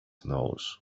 knows